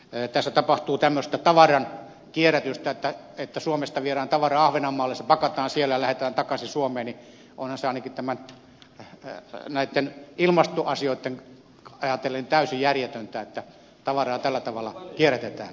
onhan se että tässä tapahtuu tämmöistä tavaran kierrätystä että suomesta viedään tavaraa ahvenanmaalle se pakataan siellä ja lähetetään takaisin suomeen ainakin näitä ilmastoasioita ajatellen täysin järjetöntä että tavaraa tällä tavalla kierrätetään